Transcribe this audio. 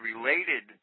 related